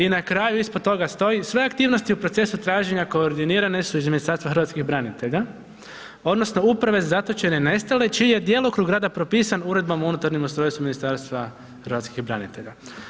I na kraju, ispod toga stoji, sve aktivnosti u procesu traženja koordinirane su iz Ministarstva hrvatskih branitelja, odnosno Uprave za zatočene i nestale, čiji je djelokrug rada propisan Uredbama o unutarnjem ustrojstvu Ministarstva hrvatskih branitelja.